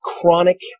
chronic